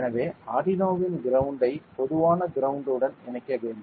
எனவே ஆர்டினோவின் கிரௌண்ட் ஐ பொதுவான கிரௌண்ட்ய உடன் இணைக்கவேண்டும்